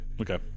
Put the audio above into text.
Okay